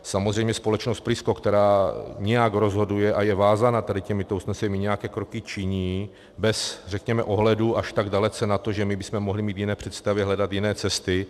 Samozřejmě společnost Prisco, která nějak rozhoduje a je vázána tady těmito usneseními, nějaké kroky činí bez řekněme ohledu až tak dalece na to, že my bychom mohli mít jiné představy, hledat jiné cesty.